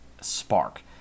spark